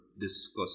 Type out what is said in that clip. discuss